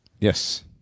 Yes